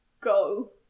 go